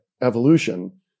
evolution